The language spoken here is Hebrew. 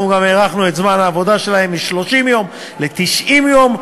אנחנו גם הארכנו את זמן העבודה שלהן מ-30 יום ל-90 יום,